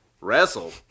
wrestle